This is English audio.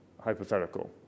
hypothetical